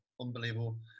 unbelievable